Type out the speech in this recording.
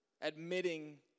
admitting